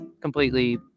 completely